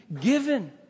given